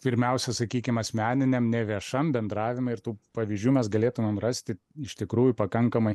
pirmiausia sakykim asmeniniam neviešam bendravime ir tų pavyzdžių mes galėtumėm rasti iš tikrųjų pakankamai